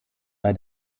bei